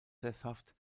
sesshaft